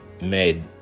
made